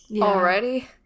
already